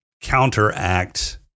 counteract